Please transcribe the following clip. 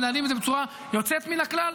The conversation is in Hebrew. שמנהלים את זה בצורה יוצאת מן הכלל.